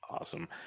Awesome